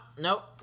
Nope